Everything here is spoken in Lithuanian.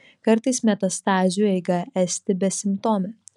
kartais metastazių eiga esti besimptomė